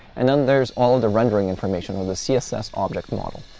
and then there's all the rendering information or the css object model.